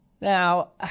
Now